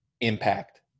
impact